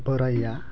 बोराइया